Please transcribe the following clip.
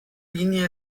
linie